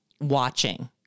watching